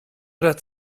oder